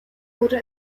wurde